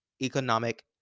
economic